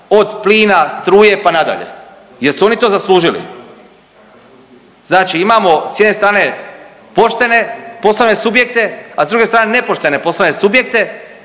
od plina, struje pa nadalje? Jesu oni to zaslužili? Znači imamo s jedne strane poštene poslovne subjekte, a s druge strane nepoštene poslovne subjekte